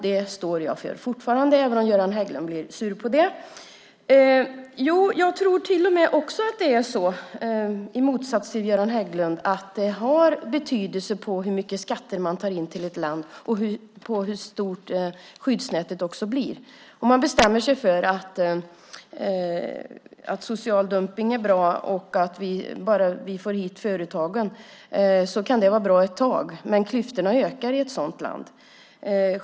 Det står jag för fortfarande även om Göran Hägglund blir sur på det. I motsats till Göran Hägglund tror jag att det har betydelse hur mycket skatter man tar in till ett land när det gäller hur stort skyddsnätet blir. Om man bestämmer sig för att social dumpning är bra bara vi får hit företagen kan ju det vara bra ett tag. Men klyftorna ökar i ett sådant land.